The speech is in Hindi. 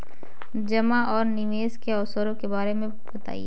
जमा और निवेश के अवसरों के बारे में बताएँ?